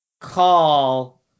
call